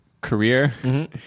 career